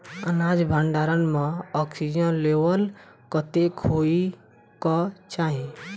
अनाज भण्डारण म ऑक्सीजन लेवल कतेक होइ कऽ चाहि?